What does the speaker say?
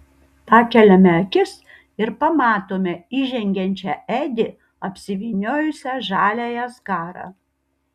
pakeliame akis ir pamatome įžengiančią edi apsivyniojusią žaliąją skarą